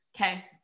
okay